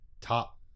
top